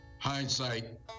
hindsight